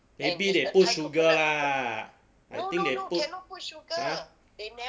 maybe they put sugar lah I think they put !huh!